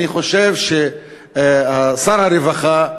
אני חושב ששר הרווחה,